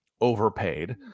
overpaid